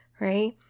right